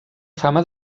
fama